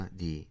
di